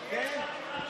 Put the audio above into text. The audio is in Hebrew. כשיש